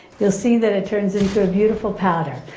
you'll see that it turns into a beautiful powder.